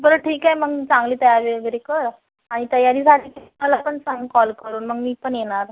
बरं ठीक आहे मग चांगली तयारी वगैरे कर आणि तयारी झाली की मला पण सांग कॉल करून मग मी पण येणार